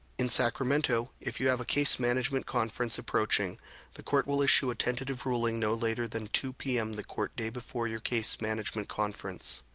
in sacramento, if you have a case management conference approaching the court will issue a tentative ruling no later than two p m. the court day before your case management conference.